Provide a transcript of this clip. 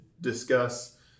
discuss